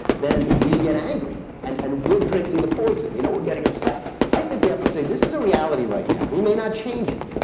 then we get angry. and and we're drinking the poison, you know, we're getting upset. i think we have to say this is a reality right now. we may not change it,